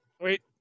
Wait